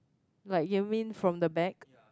like you mean from the back